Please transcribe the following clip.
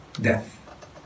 death